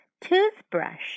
toothbrush